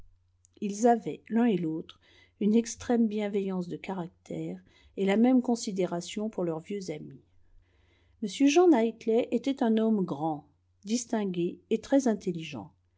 ils avaient l'un et l'autre une extrême bienveillance de caractère et la même considération pour leurs vieux amis m jean knightley était un homme grand distingué et très intelligent